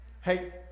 Hey